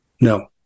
No